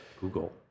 Google